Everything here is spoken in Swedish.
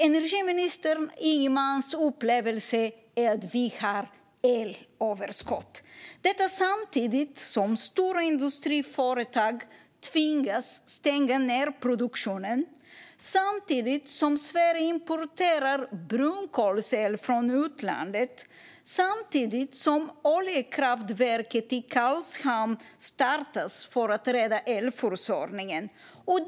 Energiminister Ygemans upplevelse är att vi har ett elöverskott - detta samtidigt som stora industriföretag tvingas stänga produktionen, samtidigt som Sverige importerar brunkolsel från utlandet, samtidigt som oljekraftverket i Karlshamn startas för att rädda elförsörjningen.